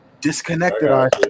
disconnected